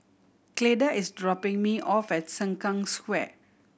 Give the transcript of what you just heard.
Cleda is dropping me off at Sengkang Square